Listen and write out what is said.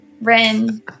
Ren